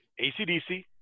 ACDC